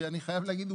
שאני חייב להגיד,